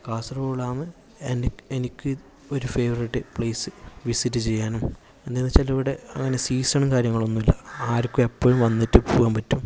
കാസർഗൊഡിലാണ് എനിക്ക് ഒര് favourite place visit ചെയ്യാനും എന്നു വെച്ചാൽ എവിടെ അങ്ങനെ സീസണും കാര്യങ്ങളും ഒന്നും ഇല്ല ആർക്കും എപ്പഴും വന്നിട്ട് പോകാൻ പറ്റും